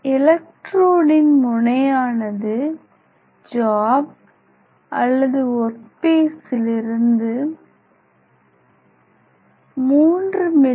எலெக்ட்ரோடின் முனையானது ஜாப் அல்லது ஒர்க் பீஸிலிருந்து 3 மி